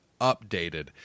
updated